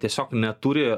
tiesiog neturi